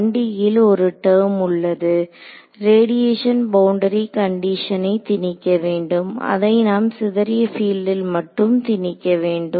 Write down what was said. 1D ல் ஒரு term உள்ளது ரேடியேஷன் பவுண்டரி கண்டிஷனை திணிக்க வேண்டும் அதை நாம் சிதறிய பீல்டில் மட்டும் திணிக்க வேண்டும்